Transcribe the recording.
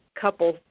couple